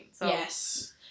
yes